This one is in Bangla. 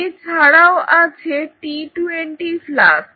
এছাড়াও আছে টি টোয়েন্টি ফ্লাস্ক